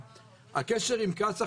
הקשר עם קצא"א,